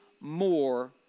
more